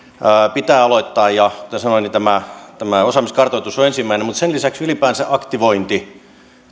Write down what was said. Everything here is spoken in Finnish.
pitää aloittaa ja kuten sanoin tämä tämä osaamiskartoitus on ensimmäinen mutta sen lisäksi on ylipäänsä aktivointi se